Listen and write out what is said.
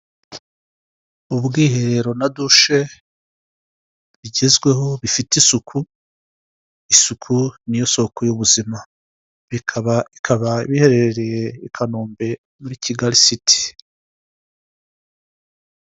Ubwiherero n'udushe bigezweho bifite isuku; isuku ni yo soko y'ubuzima. Bikaba biherereye i Kanombe muri Kigali siti.